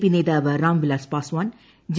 P നേതാവ് Ramvilas Paswan J